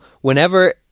whenever